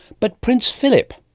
but prince philip.